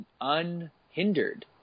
unhindered